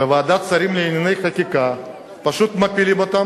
בוועדת שרים לענייני חקיקה פשוט מפילים אותה